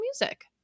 music